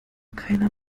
keiner